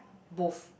both